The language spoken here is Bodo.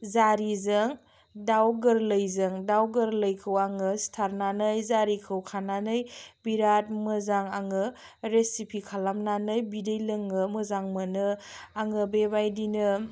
जारिजों दाउ गोरलैजों दाउ गोरलैखौ आङो सिथारनानै जारिखौ खानानै बिराद मोजां आङो रेसिपि खालामनानै बिदै लोंनो मोजां मोनो आङो बेबायदिनो